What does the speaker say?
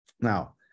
Now